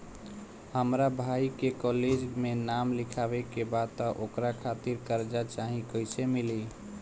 हमरा भाई के कॉलेज मे नाम लिखावे के बा त ओकरा खातिर कर्जा चाही कैसे मिली?